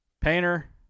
Painter